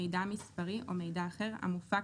מידע מספרי או מידע אחר המופק